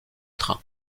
train